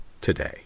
today